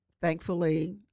thankfully